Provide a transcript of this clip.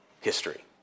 history